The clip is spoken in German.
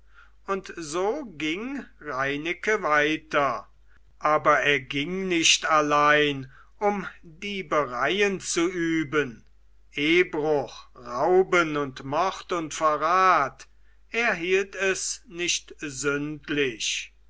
und so ging reineke weiter aber er ging nicht allein um diebereien zu üben ehbruch rauben und mord und verrat er hielt es nicht